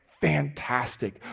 Fantastic